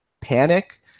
panic